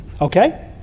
okay